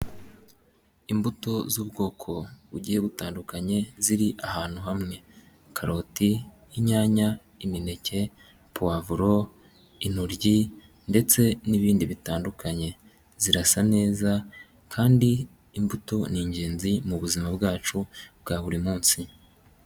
Imbuto z'ubwoko bugiye butandukanye ziri ahantu hamwe, karoti, inyanya, imineke, pavuro, intoryi ndetse n'ibindi bitandukanye, zirasa neza kandi imbuto ni ingenzi mubuzima bwacu bwa buri munsi.